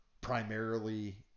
primarily